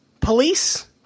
Police